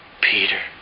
Peter